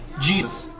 Jesus